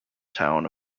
town